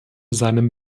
seinem